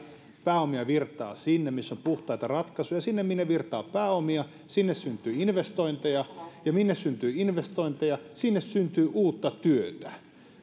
pääomia virtaa sinne missä on puhtaita ratkaisuja ja sinne minne virtaa pääomia syntyy investointeja ja sinne minne syntyy investointeja syntyy uutta työtä